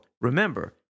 remember